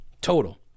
total